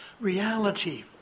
reality